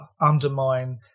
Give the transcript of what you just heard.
undermine